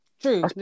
true